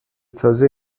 تازه